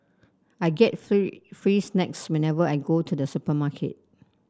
I get free free snacks whenever I go to the supermarket